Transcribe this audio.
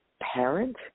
parent